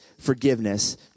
forgiveness